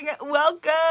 welcome